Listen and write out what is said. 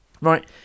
right